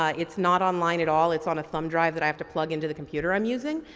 ah it's not online at all, it's on a thumb drive that i have to plug into the computer i'm using,